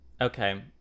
okay